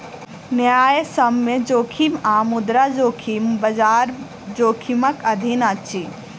न्यायसम्य जोखिम आ मुद्रा जोखिम, बजार जोखिमक अधीन अछि